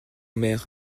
mer